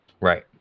right